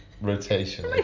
rotation